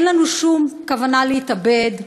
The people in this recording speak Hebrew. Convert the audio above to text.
אין לנו שום כוונה להתאבד.